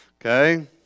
Okay